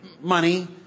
money